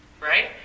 Right